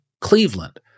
Cleveland